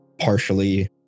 partially